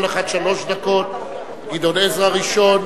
כל אחד שלוש דקות: גדעון עזרא ראשון,